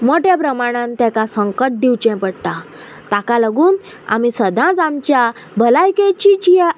मोट्या प्रमाणान तेका संकट दिवचें पडटा ताका लागून आमी सदांच आमच्या भलायकेची जी